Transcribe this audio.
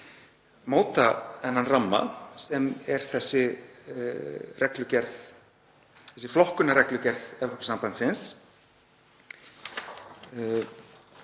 móta þennan ramma sem er þessi flokkunarreglugerð Evrópusambandsins